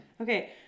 Okay